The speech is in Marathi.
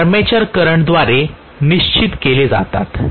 ते आर्मेचर करंटद्वारे नियंत्रित केले जातात